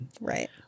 Right